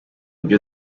byo